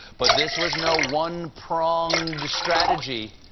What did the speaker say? but this was no one pronged strategy.